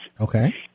Okay